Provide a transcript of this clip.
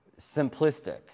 simplistic